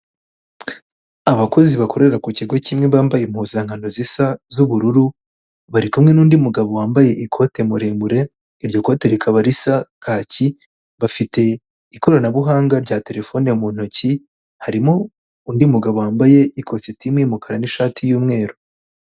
Abakozi bakorera ku kigo kimwe bambaye impuzankano zisa z'ubururu, bari kumwe n'undi mugabo wambaye ikote muremure, iryo kote rikaba risa kacyi, bafite ikoranabuhanga rya terefone mu ntoki, harimo undi mugabo wambaye ikositimu y'umukara n'ishati y'umweru.